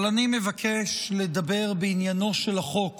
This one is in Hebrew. אבל אני מבקש לדבר בעניינו של החוק